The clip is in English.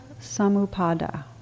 samupada